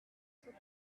took